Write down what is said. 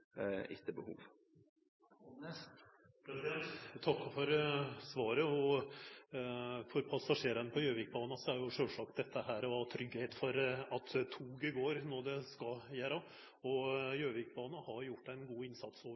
etter behov. Eg takkar for svaret. For passasjerane på Gjøvikbana er sjølvsagt det å ha tryggleik for at toget går når det skal gjera det, viktig. Gjøvikbana har gjort ein god innsats